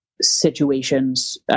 situations